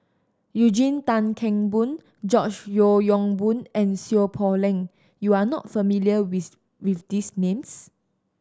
Eugene Tan Kheng Boon George Yeo Yong Boon and Seow Poh Leng you are not familiar with these names